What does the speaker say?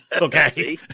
Okay